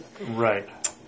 Right